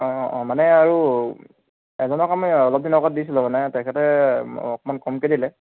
অঁ অঁ মানে আৰু এজনক আমি অলপ দিন আগত দিছিলোঁ মানে তেখেতে অকণমান কমকৈ দিলে